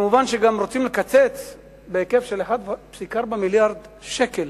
מובן שגם רוצים לקצץ בהיקף של 1.4 מיליארד שקל,